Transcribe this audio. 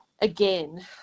Again